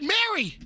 Mary